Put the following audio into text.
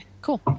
Cool